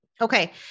Okay